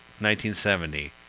1970